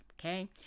okay